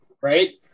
right